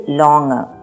longer